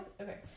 Okay